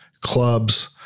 clubs